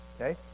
okay